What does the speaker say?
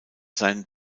sein